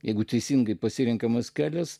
jeigu teisingai pasirenkamas kelias